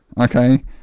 Okay